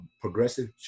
Progressive